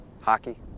hockey